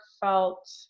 felt